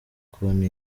konti